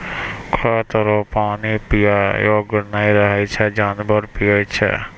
खेत रो पानी पीयै योग्य नै रहै छै जानवर पीयै छै